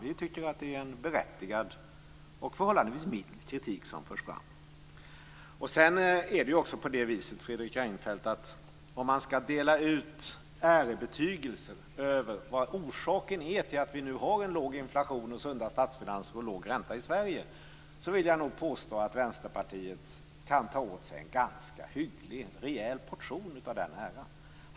Vi tycker att det är en berättigad och förhållandevis mild kritik som förs fram. Om man skall dela ut ärobetygelser över vad som är orsaken till att vi nu har en låg inflation, sunda statsfinanser och låg ränta i Sverige, vill jag påstå att Vänsterpartiet kan ta åt sig en ganska hygglig och rejäl portion av den äran.